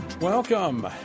Welcome